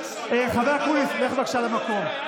חבר הכנסת אקוניס, לך בבקשה למקום.